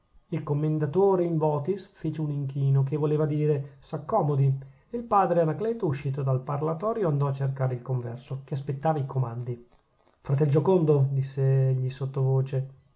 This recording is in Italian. il commendatore in votis fece un inchino che voleva dire s'accomodi e il padre anacleto uscito dal parlatorio andò a cercare il converso che aspettava i comandi fratel giocondo